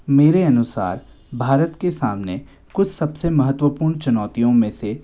मेरे अनुसार भारत के सामने कुछ सबसे महत्वपूर्ण चुनौतियों में से